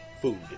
food